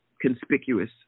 conspicuous